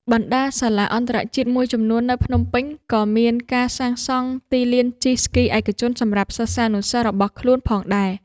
បណ្ដាសាលាអន្តរជាតិមួយចំនួននៅភ្នំពេញ ក៏មានការសាងសង់ទីលានជិះស្គីឯកជនសម្រាប់សិស្សានុសិស្សរបស់ខ្លួនផងដែរ។